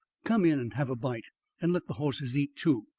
come in and have a bite and let the horses eat, too.